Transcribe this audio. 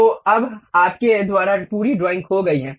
तो अब आपके द्वारा पूरी ड्राइंग खो गई है